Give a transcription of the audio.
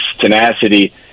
tenacity